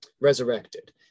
Resurrected